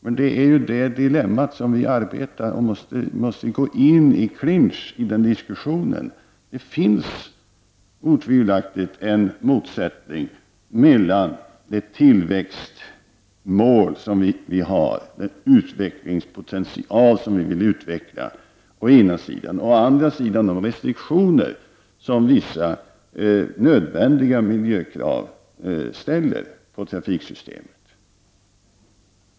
Men det är ju det dilemmat som vi arbetar med och som gör att vi måste gå i clinch i diskussionen. Det finns otvivelaktigt en motsättning mellan å ena sidan vårt tillväxtmål, den utvecklingspotential som vi vill utveckla, och å andra sidan de restriktioner som vissa nödvändiga miljökrav förmed sig när det gäller trafiksystemet.